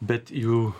bet jų